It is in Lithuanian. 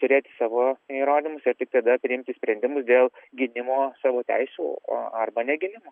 turėti savo įrodymus ir tik tada priimti sprendimus dėl gynimo savo teisių arba negynimo